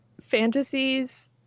fantasies